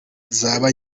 zaba